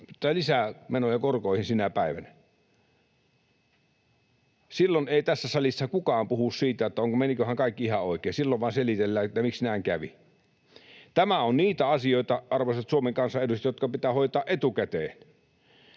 tulee lisää menoja korkoihin sinä päivänä. Silloin ei tässä salissa kukaan puhu siitä, meniköhän kaikki ihan oikein. Silloin vain selitellään, miksi näin kävi. Tämä on niitä asioita, arvoisat Suomen kansan edustajat, jotka pitää hoitaa etukäteen.